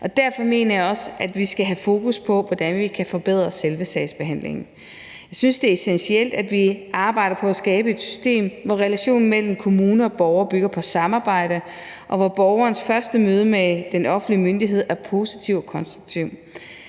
derfor mener jeg også, at vi skal have fokus på, hvordan vi kan forbedre selve sagsbehandlingen. Jeg synes, det er essentielt, at vi arbejder på at skabe et system, hvor relationen mellem kommune og borger bygger på samarbejde, og hvor borgerens første møde med den offentlige myndighed er positivt og konstruktivt.